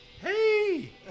hey